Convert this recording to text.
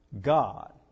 God